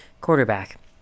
quarterback